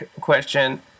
question